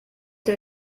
der